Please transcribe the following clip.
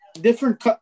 Different